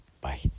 Bye